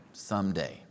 Someday